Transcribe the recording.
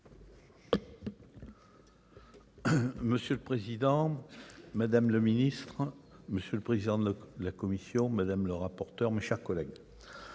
Monsieur le président, madame le ministre, monsieur le président de la commission, madame le rapporteur, mes chers collègues,